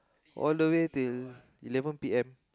all the way till eleven P_M